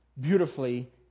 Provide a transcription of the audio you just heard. beautifully